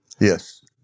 Yes